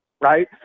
right